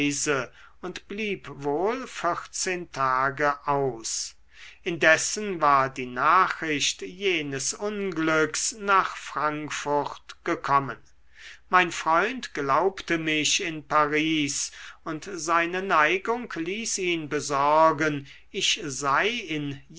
und blieb wohl vierzehn tage aus indessen war die nachricht jenes unglücks nach frankfurt gekommen mein freund glaubte mich in paris und seine neigung ließ ihn besorgen ich sei in